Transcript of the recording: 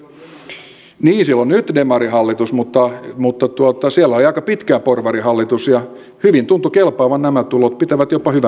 niin siellä on nyt demarihallitus mutta siellä oli aika pitkään porvarihallitus ja hyvin tuntuivat kelpaavan nämä tulot pitävät jopa hyvänä järjestelmänä